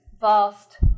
vast